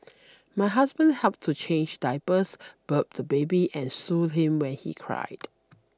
my husband helped to change diapers burp the baby and soothe him when he cried